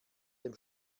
dem